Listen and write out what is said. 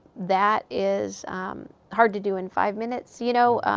that is hard to do in five minutes. you know?